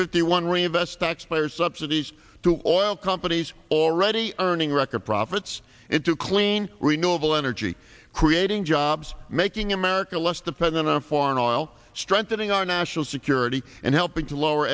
fifty one reinvest taxpayer subsidies to oil companies already earning record profits into clean renewable energy creating jobs making america less dependent on foreign oil strengthening our national security and helping to lower